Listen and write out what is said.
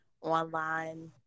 online